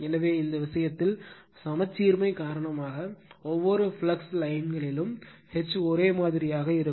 எனவே இந்த விஷயத்தில் சமச்சீர்மை காரணமாக ஒவ்வொரு ஃப்ளக்ஸ் லைன்களிலும் H ஒரே மாதிரியாக இருக்கும்